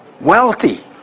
wealthy